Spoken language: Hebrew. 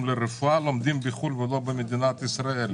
לרפואה לומדים בחו"ל ולא במדינת ישראל.